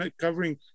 covering